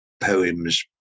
poems